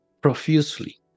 profusely